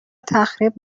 تخریب